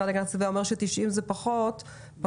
להגנת הסביבה אומר ש-90 ימים זה פחות מדי,